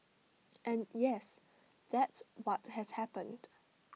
and yes that's what has happened